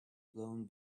blown